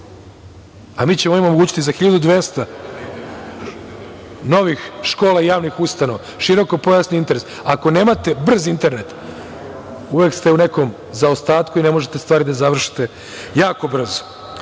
a mi ćemo ovim omogućiti za 1.200 novih škola i javnih ustanova širokopojasni internet, ako nemate brz internet uvek ste u nekom zaostatku i ne možete stvari da završite jako brzo. Da